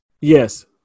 Yes